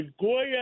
Goya